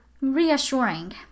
reassuring